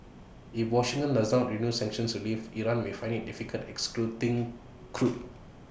if Washington does not renew sanctions relief Iran may find IT difficulty exporting crude